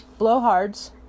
blowhards